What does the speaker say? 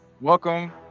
Welcome